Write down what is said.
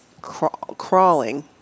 crawling